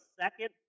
second